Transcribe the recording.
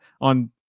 on –